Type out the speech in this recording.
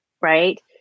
Right